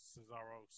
Cesaro